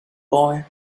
boy